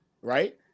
Right